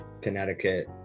Connecticut